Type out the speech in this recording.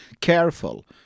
careful